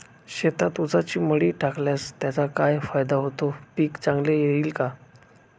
शेतात ऊसाची मळी टाकल्यास त्याचा काय फायदा होतो, पीक चांगले येईल का?